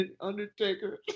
Undertaker